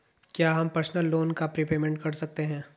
क्या हम personal loan का प्रीपेमेंट कर सकते हैं?